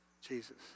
Jesus